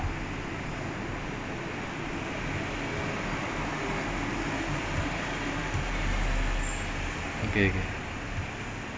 one hour two minutes like நாம் ஒடனே:namma odanae start பண்ணிட்டோம்ல:pannittomla so you just do like one hour one hour to one hour three around there